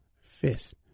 fist